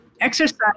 exercise